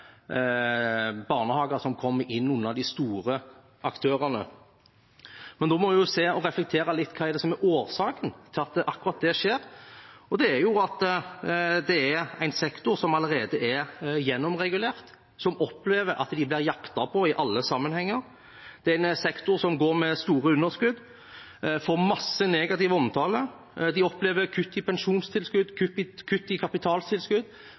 barnehager som kommer inn under de store aktørene. Men da må vi jo se på og reflektere litt over hva som er årsaken til at akkurat det skjer. Og det er jo at det er en sektor som allerede er gjennomregulert, som opplever at de blir jaktet på i alle sammenhenger. Det er en sektor som går med store underskudd, som får masse negativ omtale. De opplever kutt i pensjonstilskudd, kutt i kapitaltilskudd,